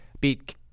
Beat